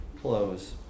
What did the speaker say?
close